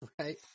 right